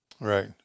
Right